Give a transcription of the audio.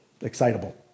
excitable